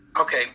Okay